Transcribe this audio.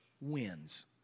wins